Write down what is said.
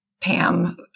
Pam